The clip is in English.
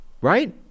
Right